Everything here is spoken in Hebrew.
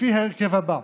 לפי ההרכב הזה: